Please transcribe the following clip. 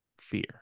fear